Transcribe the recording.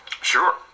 Sure